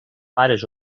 pares